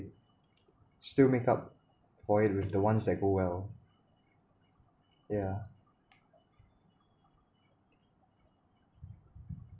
it still make up for it with the ones that go well yeah